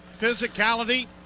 physicality